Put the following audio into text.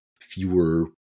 fewer